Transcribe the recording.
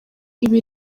ibi